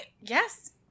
yes